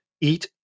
eat